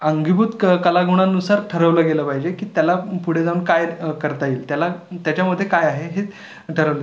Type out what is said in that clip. अंगीभूत क् कलागुणांनुसार ठरवलं गेलं पाहिजे की त्याला पुढे जाऊन काय करता येईल त्याला त्याच्यामध्ये काय आहे हे तर